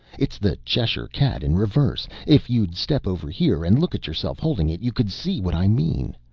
it's the cheshire cat in reverse. if you'd step over here and look at yourself holding it, you could see what i mean.